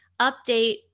update